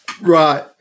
Right